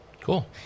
Cool